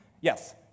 Yes